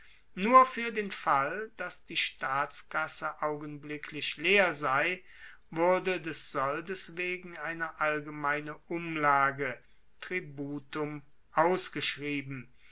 nur fuer den fall dass die staatskasse augenblicklich leer sei wurde des soldes wegen eine allgemeine umlage tributum ausgeschrieben